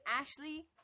Ashley